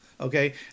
Okay